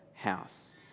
house